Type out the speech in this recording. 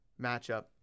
matchup